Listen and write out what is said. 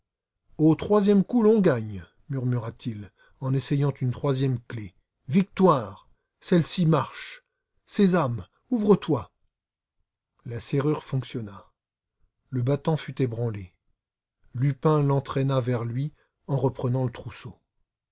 au troisième coup l'on gagne murmura-t-il en essayant une troisième clef victoire celle-ci marche sésame ouvre-toi la serrure fonctionna le battant fut ébranlé lupin l'entraîna vers lui en reprenant le trousseau